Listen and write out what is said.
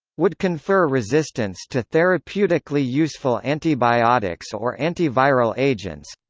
would confer resistance to therapeutically useful antibiotics or antiviral agents